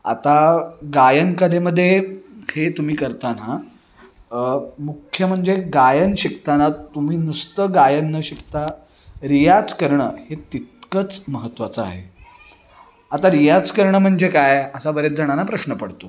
आता गायन कलेमध्ये हे तुम्ही करताना मुख्य म्हणजे गायन शिकताना तुम्ही नुसतं गायन न शिकता रियाज करणं हे तितकंच महत्वाचं आहे आता रियाज करणं म्हणजे काय असा बरेच जणांना प्रश्न पडतो